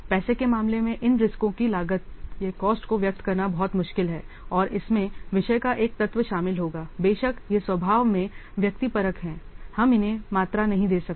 पैसे के मामले में इन रिस्क की कॉस्ट को व्यक्त करना बहुत मुश्किल है और इसमें विषय का एक तत्व शामिल होगा बेशक ये स्वभाव से व्यक्तिपरक हैं हम इन्हें मात्रा नहीं दे सकते